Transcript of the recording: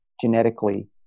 genetically